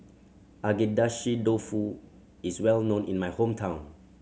Agedashi Dofu is well known in my hometown